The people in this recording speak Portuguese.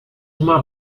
uma